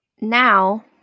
now